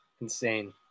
insane